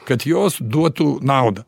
kad jos duotų naudą